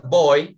boy